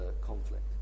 conflict